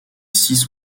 six